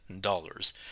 dollars